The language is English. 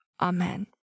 Amen